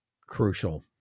crucial